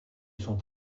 sont